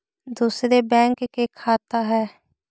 दुसरे बैंक के खाता हैं?